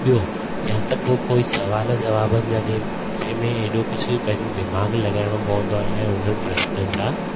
ॿियो या त पोइ कोई सवाल जवाबनि जा गेम जंहिंमें एॾो कुझु पंहिंजो दिमागु लॻाइणो पवंदो आहे उन्हनि प्रशननि जा